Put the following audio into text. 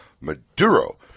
Maduro